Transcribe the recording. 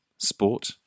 sport